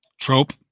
trope